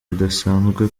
bidasanzwe